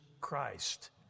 christ